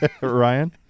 Ryan